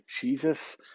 Jesus